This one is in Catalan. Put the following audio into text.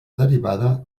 derivada